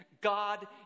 God